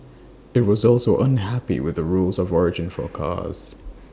IT was also unhappy with the rules of origin for cars